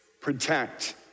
Protect